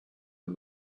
and